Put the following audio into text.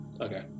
Okay